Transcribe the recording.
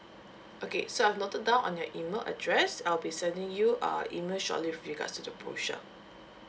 okay so I've noted down on your email address I'll be sending you uh email shortly with regards to the brochure